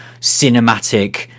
cinematic